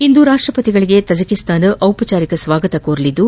ಇಂದು ರಾಷ್ಷಪತಿ ಅವರಿಗೆ ತಜಕಿಸ್ತಾನ ಔಪಚಾರಿಕ ಸ್ವಾಗತ ಕೋರಲಿದ್ದು